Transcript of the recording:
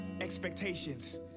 expectations